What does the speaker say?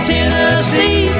Tennessee